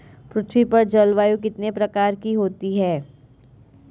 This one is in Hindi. पृथ्वी पर जलवायु कितने प्रकार की होती है?